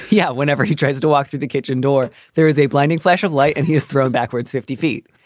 yeah. whenever he tries to walk through the kitchen door there is a blinding flash of light and he is thrown backwards fifty feet.